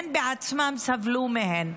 הם בעצמם סבלו מהן.